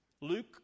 Luke